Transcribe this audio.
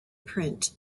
print